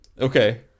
Okay